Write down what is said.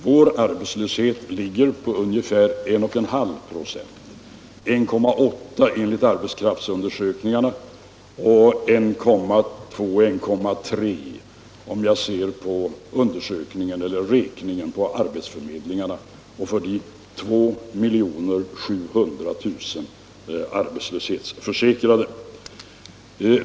Vår arbetslöshet ligger — m.m. på 1,5 96 — 1,8 enligt arbetskraftsundersökningarna och 1,2 å 1,3 96 enligt arbetsförmedlingarnas beräkningar för våra 2,7 miljoner arbetslöshetsförsäkrade.